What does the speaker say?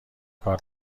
کار